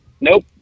Nope